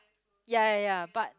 ya ya ya but